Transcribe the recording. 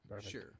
Sure